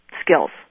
skills